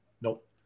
Nope